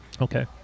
Okay